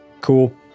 Cool